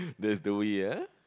that's the way ah